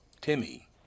timmy